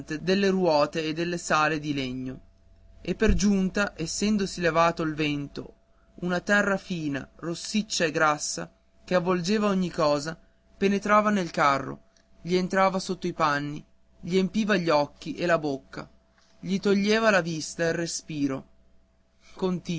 delle ruote e delle sale di legno e per giunta essendosi levato il vento una terra fina rossiccia e grassa che avvolgeva ogni cosa penetrava nel carro gli entrava sotto i panni gli empiva gli occhi e la bocca gli toglieva la vista e il respiro